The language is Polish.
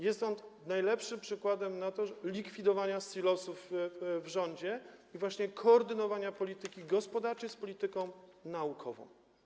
Jest to najlepszy przykład likwidowania silosów w rządzie i właśnie koordynowania polityki gospodarczej i polityki naukowej.